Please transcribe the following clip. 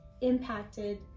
impacted